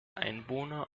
einwohner